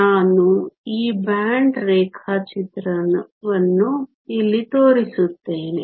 ನಾನು ಈ ಬ್ಯಾಂಡ್ ರೇಖಾಚಿತ್ರವನ್ನು ಇಲ್ಲಿ ತೋರಿಸುತ್ತೇನೆ